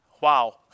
Wow